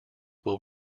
will